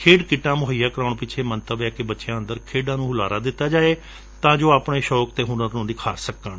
ਖੇਡ ਕਿੱਟਾਂ ਮੁਹੱਈਆ ਕਰਵਾਉਣ ਪਿੱਛੇ ਮੰਤਵ ਹੈ ਕਿ ਬਚਿਆਂ ਅੰਦਰ ਖੇਡਾਂ ਨੂੂੂ ਹੁਲਾਰਾ ਦਿੱਤਾ ਜਾਵੇ ਤਾਂ ਜੋ ਉਹ ਆਪਣੇ ਸੌਕ ਅਤੇ ਹੁਨਰ ਨੂੰ ਨਿਖਾਰ ਸਕਣ